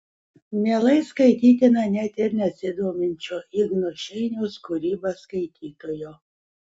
mielai skaitytina net ir nesidominčio igno šeiniaus kūryba skaitytojo